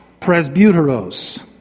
presbyteros